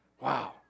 Wow